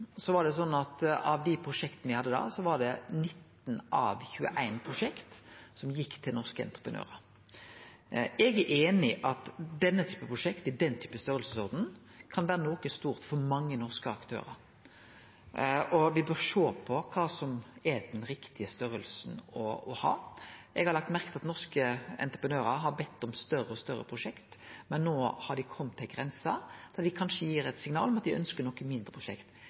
var det 19 av 21 prosjekt som gjekk til norske entreprenørar. Eg er einig i at denne typen prosjekt, av denne storleiken, kan vere noko stort for mange norske aktørar, og me bør sjå på kva som er den riktige størrelsen å ha. Eg har lagt merke til at norske entreprenørar har bedt om større og større prosjekt, men no har det kome til ei grense der dei kanskje gir eit signal om at dei ønskjer noko mindre prosjekt.